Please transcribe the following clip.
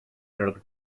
their